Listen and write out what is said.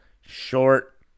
short